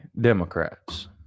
Democrats